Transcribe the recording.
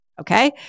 Okay